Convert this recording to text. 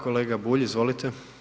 Kolega Bulj izvolite.